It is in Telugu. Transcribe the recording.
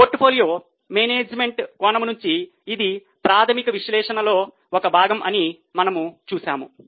పోర్ట్ఫోలియో మేనేజ్మెంట్ కోణం నుండి ఇది ప్రాథమిక విశ్లేషణలో ఒక భాగం అని మనము చూశాము